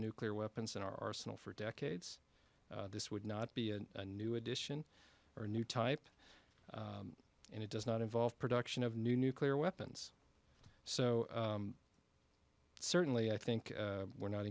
nuclear weapons in our arsenal for decades this would not be a new addition or a new type and it does not involve production of nuclear weapons so certainly i think we're not